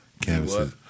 Canvases